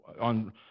on